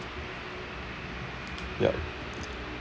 ya